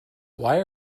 why